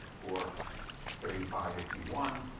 or thirty five if you've won.